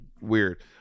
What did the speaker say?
Weird